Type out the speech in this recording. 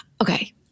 okay